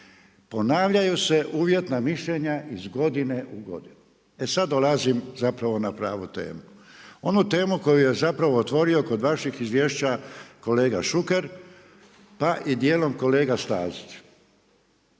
Ponavljaju se uvjetna mišljenja iz godine u godinu. E sad dolazim zapravo na pravu temu. Onu temu koju je zapravo otvorio kod vaših izvješća kolega Šuker, pa i dijelom kolega Stazić.